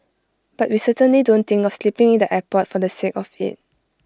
but we certainly don't think of sleeping in the airport for the sake of IT